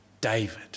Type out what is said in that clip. David